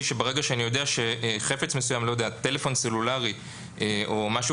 שברגע שאני יודע שחפץ מסוים טלפון סלולרי או משהו